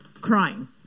crying